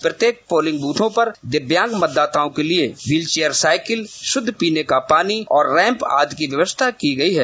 प्रत्येक पोलिंग बूथों पर दिव्यांग मतदाताओं के लिए व्हील चेयर साइकिल शुद्ध पीने का पानी और रैम्प आदि की व्यवस्था की गई है